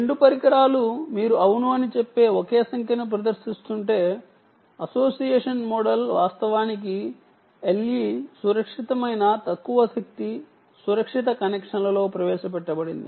రెండు పరికరాలూ ఒకే సంఖ్యను ప్రదర్శిస్తుంటే మీరు అవును అని చెప్పండి అసోసియేషన్ మోడల్ వాస్తవానికి LE సురక్షితమైన తక్కువ శక్తి సురక్షిత కనెక్షన్లలో ప్రవేశపెట్టబడింది